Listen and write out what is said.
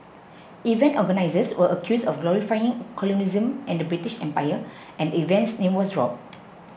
event organisers were accused of glorifying colonialism and the British Empire and the event's name was dropped